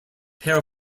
hair